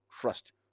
trust